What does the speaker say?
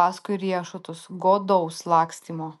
paskui riešutus godaus lakstymo